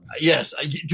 Yes